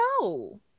no